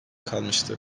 kalmıştı